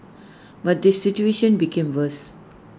but the situation became worse